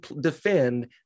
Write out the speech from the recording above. defend